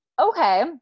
Okay